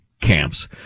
Camps